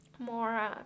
More